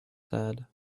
said